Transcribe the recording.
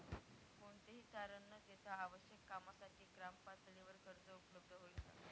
कोणतेही तारण न देता आवश्यक कामासाठी ग्रामपातळीवर कर्ज उपलब्ध होईल का?